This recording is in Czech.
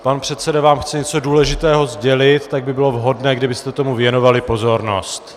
Pan předseda vám chce něco důležitého sdělit, tak by bylo vhodné, kdybyste tomu věnovali pozornost.